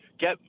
Get